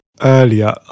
earlier